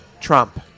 Trump